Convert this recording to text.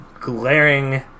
glaring